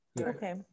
Okay